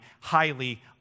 highly